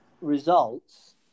results